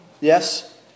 Yes